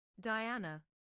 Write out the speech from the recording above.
Diana